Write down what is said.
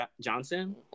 Johnson